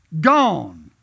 Gone